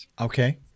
Okay